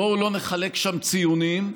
בואו לא נחלק שם ציונים,